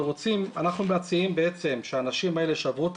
אנחנו מציעים בעצם שהאנשים האלה שעברו את